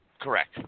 Correct